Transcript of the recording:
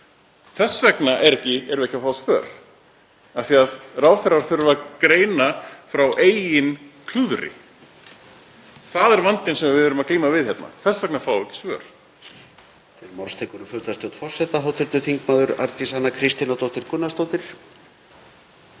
Þess vegna erum við ekki að fá svör af því að ráðherrar þurfa að greina frá eigin klúðri. Það er vandinn sem við erum að glíma við hérna. Þess vegna fáum við ekki svör.